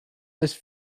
this